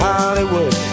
Hollywood